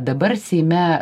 dabar seime